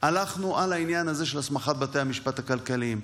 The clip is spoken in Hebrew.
הלכנו על העניין הזה של הסמכת בתי המשפט הכלכליים.